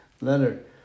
Leonard